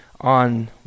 on